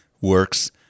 works